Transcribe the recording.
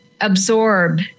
absorb